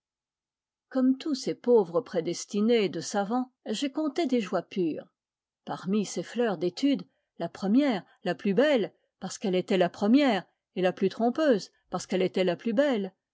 comme tous ces pauvres prédestinés de savants j'ai compté des joies pures parmi ces fleurs d'étude la première la plus belle parce qu'elle était la première et la plus trompeuse parce qu'elle était la plus belle